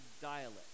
dialect